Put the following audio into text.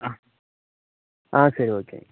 ஆ ஆ சரி ஓகேங்க